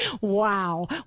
Wow